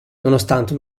nonostante